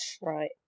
Right